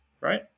right